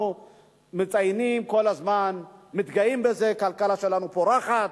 אנחנו מציינים ומתגאים בזה שהכלכלה שלנו פורחת,